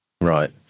Right